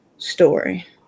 story